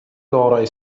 gorau